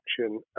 action